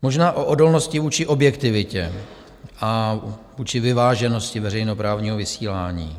Možná o odolnosti vůči objektivitě a vůči vyváženosti veřejnoprávního vysílání.